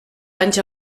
anys